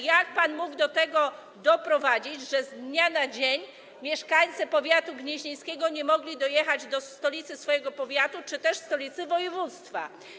Jak pan mógł do tego doprowadzić, że z dnia na dzień mieszkańcy powiatu gnieźnieńskiego nie mogli dojechać od stolicy swojego powiatu czy też stolicy województwa?